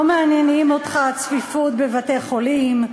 לא מעניינת אותך הצפיפות בבתי-החולים,